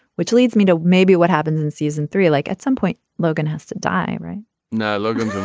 which leads me to maybe what happens in season three like at some point logan has to die. right now logan's